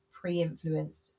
pre-influenced